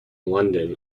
london